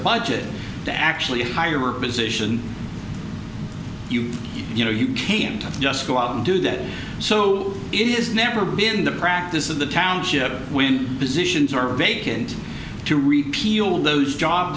budget to actually hire a position you know you can't just go out and do that so it is never been the practice of the township when positions are vacant to repeal those job